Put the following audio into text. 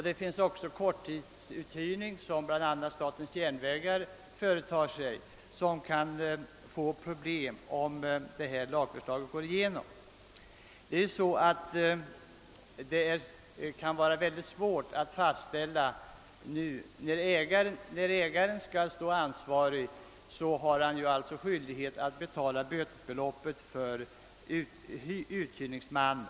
Det finns även korttidsuthyrning som bland annat statens järnvägar har bedrivit. Dessa företag kan få problem om ifrågavarande lagförslag går igenom. När ägaren skall stå ansvarig har han skyldighet att betala bötesbeloppet för hyresmannen.